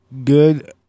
Good